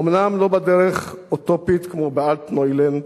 אומנם לא בדרך אוטופית כמו ב"אלטנוילנד",